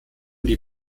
die